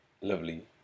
lovely